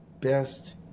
best